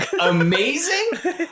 amazing